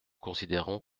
considérons